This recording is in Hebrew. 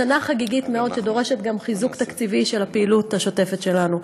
שנה חגיגית מאוד שדורשת גם חיזוק תקציבי של הפעילות השוטפת שלנו.